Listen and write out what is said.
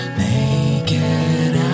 naked